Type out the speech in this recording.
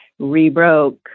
rebroke